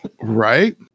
right